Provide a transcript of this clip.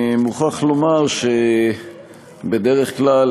מוכרח לומר שבדרך כלל,